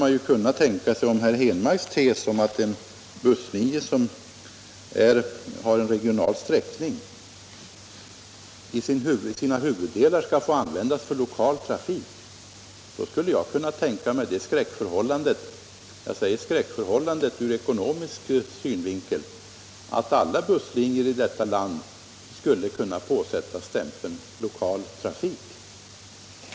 Om herr Henmarks tes vore riktig, att en busslinje, som har en regional sträckning, i sina huvuddelar skall få användas för lokal trafik, då skulle jag kunna tänka mig det skräckförhållandet — ur ekonomisk synvinkel — att alla busslinjer i detta land skulle kunna påsättas stämpeln ”lokaltrafik”.